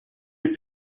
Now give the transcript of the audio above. les